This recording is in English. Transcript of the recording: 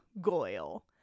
Goyle